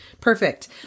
Perfect